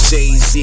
Jay-Z